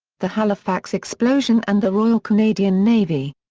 the halifax explosion and the royal canadian navy.